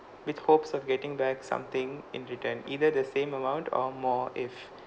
with hopes of getting back something in return either the same amount or more if